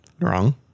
wrong